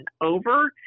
over